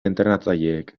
entrenatzaileek